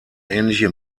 ähnliche